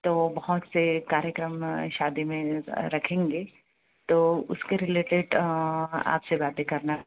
तो बहुत से कार्यक्रम शादी में रखेंगे तो उस के रिलेटेड आप से बातें करना